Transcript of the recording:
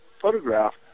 photograph